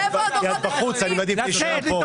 כי את בחוץ, אני מעדיף להישאר פה.